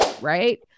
right